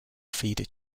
feeder